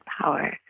power